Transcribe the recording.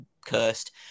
cursed